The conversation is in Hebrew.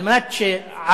על מנת שערבי,